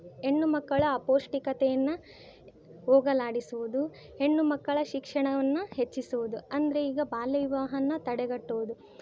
ಹೆಣ್ಣು ಮಕ್ಕಳ ಅಪೌಷ್ಟಿಕತೆಯನ್ನು ಹೋಗಲಾಡಿಸುವುದು ಹೆಣ್ಣು ಮಕ್ಕಳ ಶಿಕ್ಷಣವನ್ನು ಹೆಚ್ಚಿಸುವುದು ಅಂದರೆ ಈಗ ಬಾಲ್ಯ ವಿವಾಹನ್ನು ತಡೆಗಟ್ಟುವುದು